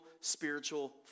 spiritual